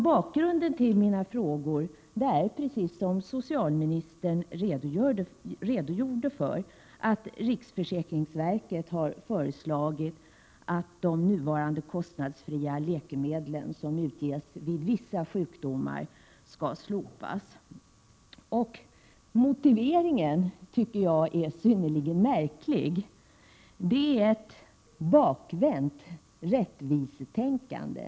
Bakgrunden till mina frågor är precis den som socialministern redogjorde för — att riksförsäkringsverket har föreslagit att de nuvarande kostnadsfria läkemedel som utges vid vissa sjukdomar inte längre skall utges kostnadsfritt. Motiveringen för detta tycker jag är synnerligen märklig; det är ett bakvänt rättvisetänkande.